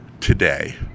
today